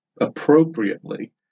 appropriately